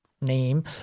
name